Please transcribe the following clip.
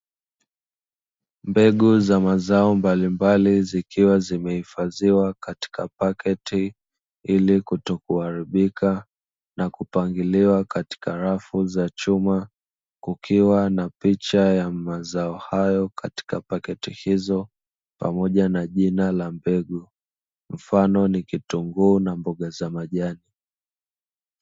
Mbegu za mazao mbalimbali zikiwa zimehifadhiwa katika paketi ili kutokuharibika na kupangiliwa katika rafu za chuma kukiwa na picha ya mazao hayo katika paketi hizo pamoja na jina la mbegu, mfano ni kitunguu na mboga za majani.